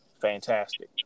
fantastic